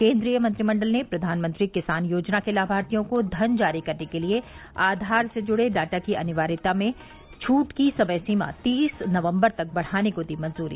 केन्द्रीय मंत्रिमंडल ने प्रधानमंत्री किसान योजना के लाभार्थियों को धन जारी करने के लिए आधार से जुड़े डाटा की अनिवार्यता में छूट की समय सीमा तीस नवंबर तक बढ़ाने को दी मंजूरी